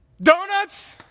Donuts